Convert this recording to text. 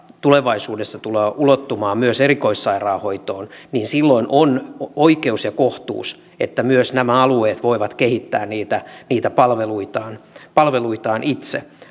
tulevaisuudessa tulee ulottumaan myös erikoissairaanhoitoon niin silloin on oikeus ja kohtuus että myös nämä alueet voivat kehittää niitä niitä palveluitaan palveluitaan itse